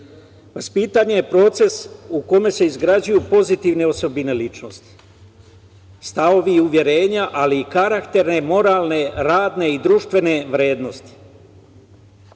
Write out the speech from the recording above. medija. Vaspitanje je proces u kome se izgrađuju pozitivne osobine ličnosti. Stavovi, uverenja, ali i karakterne, moralne, radne i društvene vrednosti.